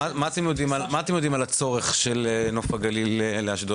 מה אתם יודעים על הצורך של נוף הגליל לאשדוד?